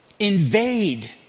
invade